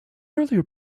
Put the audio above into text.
earlier